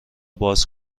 باز